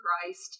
Christ